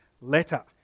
letter